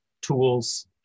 tools